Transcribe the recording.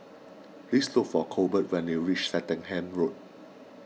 please look for Colbert when you reach Swettenham Road